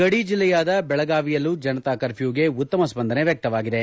ಗಡಿ ಜಿಲ್ಲೆಯಾದ ಬೆಳಗಾವಿಯಲ್ಲೂ ಜನತಾ ಕರ್ಫ್ಯೂಗೆ ಉತ್ತಮ ಸ್ಪಂದನೆ ವ್ಯಕ್ತವಾಗಿದೆ